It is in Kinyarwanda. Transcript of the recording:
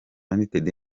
united